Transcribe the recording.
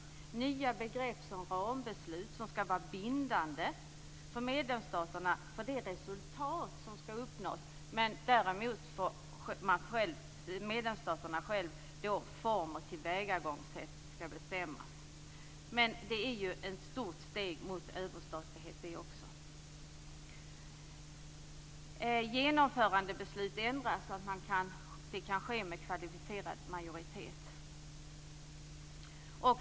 Det är nya begrepp som rambeslut, vilka skall vara bindande för medlemsstaterna, om det resultat som skall uppnås. Däremot får medlemsstaterna själva bestämma form och tillvägagångssätt. Men även detta är ett stort steg mot överstatlighet. Genomförandebeslut ändras så att de kan fattas med kvalificerad majoritet.